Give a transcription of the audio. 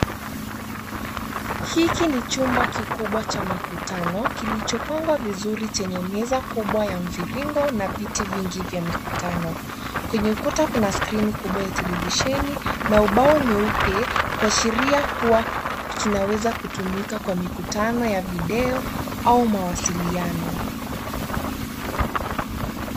Hiki ni chumba kikubwa cha mikutano kilichopangwa vizuri chenye meza kubwa ya mviringo na viti vingi vya mikutano. Kwenye ukuta kuna skrini kubwa ya televisheni na ubao mweupe, kuashiria kuwa kinaweza kutumika kwa mikutano ya video au mawasiliano.